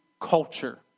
culture